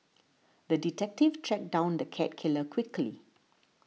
the detective tracked down the cat killer quickly